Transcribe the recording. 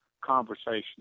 conversation